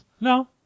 No